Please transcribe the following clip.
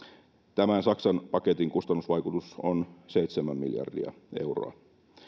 tämän saksan paketin kustannusvaikutus on seitsemän miljardia euroa